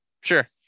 Sure